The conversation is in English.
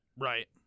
Right